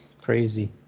crazy